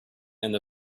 and